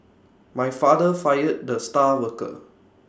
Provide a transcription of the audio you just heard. my father fired the star worker